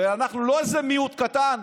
ואנחנו לא איזה מיעוט קטן,